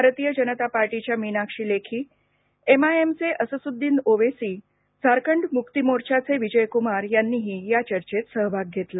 भारतीय जनता पार्टीच्या Meenakshi Lekhi M I M चे असदुद्दीन ओवेसी झारखंड मुक्ती मोर्चाचे विजय कुमार यांनीही या चर्चेत सहभाग घेतला